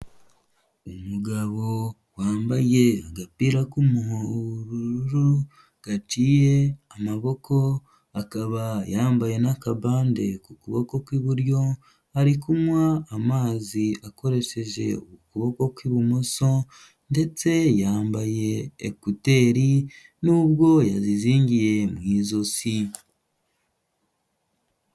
Umugabo wambaye agapira k'ubururu gaciye amaboko, akaba yambaye n'akabande ku kuboko kw'iburyo, ari kunywa amazi akoresheje ukuboko kw'ibumoso ndetse yambaye ekuteri n'ubwo yazizingiye mu izosi.